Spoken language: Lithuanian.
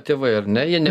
tėvai ar ne jie ne